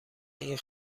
این